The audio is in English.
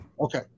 Okay